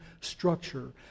structure